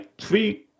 three